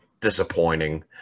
disappointing